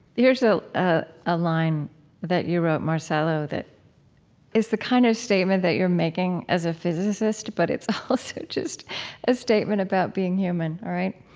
so ah a line that you wrote, marcelo, that is the kind of statement that you're making as a physicist, but it's also just a statement about being human, right?